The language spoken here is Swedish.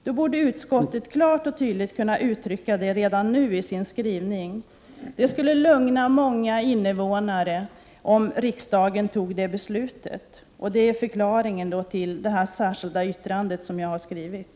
Utskottet borde klart och tydligt kunna uttrycka det redan nu i sin skrivning. Det skulle lugna många invånare om riksdagen tog det beslutet. Det är förklaringen till det särskilda yttrande jag har skrivit.